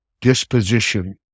disposition